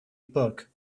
book